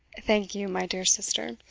thank you, my dear sister.